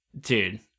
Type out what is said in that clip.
dude